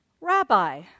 Rabbi